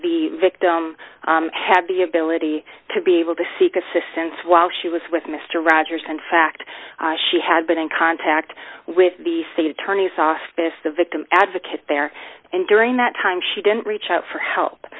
the victim had the ability to be able to seek assistance while she was with mr rogers in fact she had been in contact with the state attorney's office the victim advocate there and during that time she didn't reach out for help